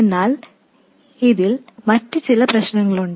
എന്നാൽ ഇതിൽ മറ്റ് ചില പ്രശ്നങ്ങളുണ്ട്